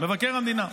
בועז, מבקר המדינה?